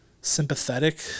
sympathetic